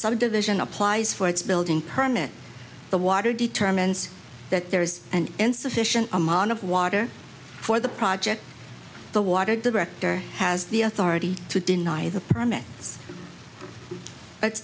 subdivision applies for its building permit the water determines that there is an insufficient amount of water for the project the water director has the authority to deny the permit it's